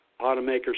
automakers